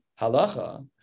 halacha